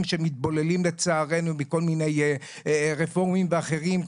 שמתבוללים לצערנו מכל מיני רפורמים ואחרים,